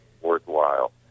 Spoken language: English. worthwhile